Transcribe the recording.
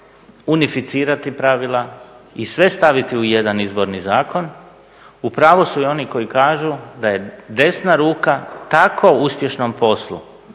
unificirati pravila i sve staviti u jedan izborni zakon, u pravu su i oni koji kažu da je desna ruka tako uspješnom poslu